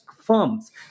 firms